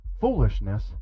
foolishness